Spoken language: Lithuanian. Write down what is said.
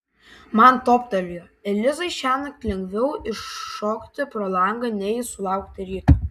man toptelėjo elizai šiąnakt lengviau iššokti pro langą nei sulaukti ryto